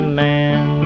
man